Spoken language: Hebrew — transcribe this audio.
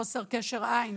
חוסר קשר עין,